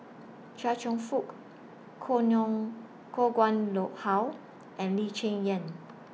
Chia Cheong Fook Koh Koh Nguang Low How and Lee Cheng Yan